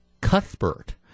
Cuthbert